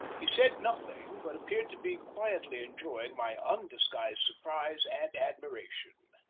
he said nothing, but appeared to be quietly enjoying my undisguised surprise and admiration.